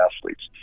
athletes